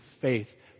faith